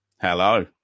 Hello